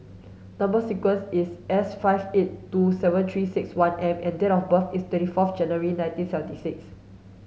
number sequence is S five eight two seven three six one M and date of birth is twenty forth January nineteen seventy six